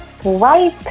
Swipe